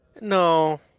No